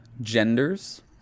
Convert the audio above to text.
Genders